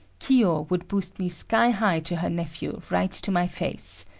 kiyo would boost me sky-high to her nephew right to my face.